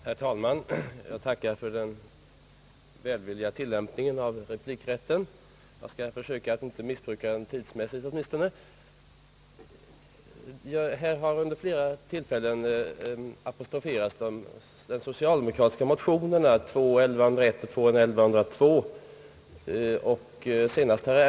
Herr talman! Jag tackar för den välvilliga tillämpningen av replikrätten, och jag skall försöka att inte missbruka den, åtminstone inte tidsmässigt. De socialdemokratiska motionerna II: 1101 och 1102 har vid flera tillfällen apostroferats.